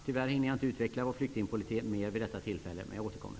Tyvärr hinner jag inte utveckla vår flyktingpolitik mer vid detta tillfälle, men jag återkommer.